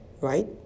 right